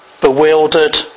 bewildered